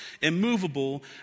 immovable